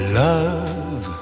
love